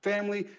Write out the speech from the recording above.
Family